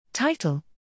Title